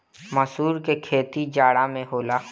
मसूर के खेती जाड़ा में होला